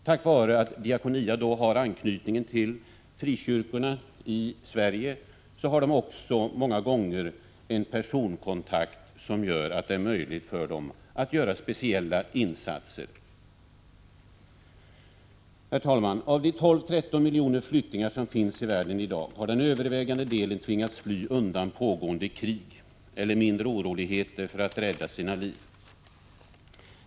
Tack vare att Diakonia har anknytning till frikyrkorna i Sverige finns det också många gånger en personkontakt som möjliggör speciella insatser. Herr talman! Av de 12-13 miljoner flyktingar som finns i världen i dag har den övervägande delen tvingats fly under pågående krig eller mindre oroligheter för att rädda sina liv.